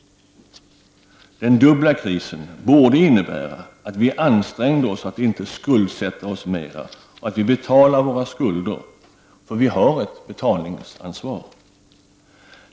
Den dubbla krisen borde innebära att vi ansträngde oss att inte skuldsätta oss mer och att vi betalade våra skulder — vi har ett betalningsansvar.